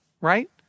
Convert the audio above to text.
right